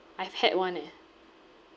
I've had one eh